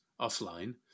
offline